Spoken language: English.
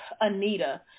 Anita